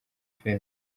filimi